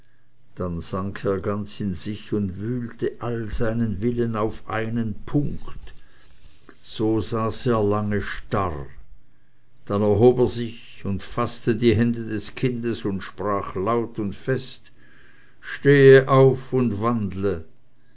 dann sank er ganz in sich und wühlte all seinen willen auf einen punkt so saß er lange starr dann erhob er sich und faßte die hände des kindes und sprach laut und fest stehe auf und wandle